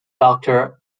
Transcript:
doctor